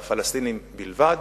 והפלסטינים בלבד,